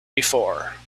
before